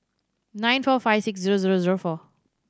nine four five six zero zero zero four